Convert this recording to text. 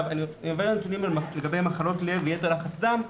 אני עובר לנתונים לגבי מחלות לב ויתר לחץ דם,